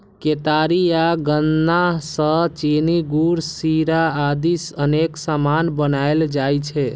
केतारी या गन्ना सं चीनी, गुड़, शीरा आदि अनेक सामान बनाएल जाइ छै